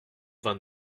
vingt